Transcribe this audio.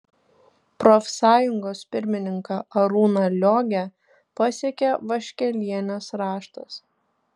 profsąjungos pirmininką arūną liogę pasiekė vaškelienės raštas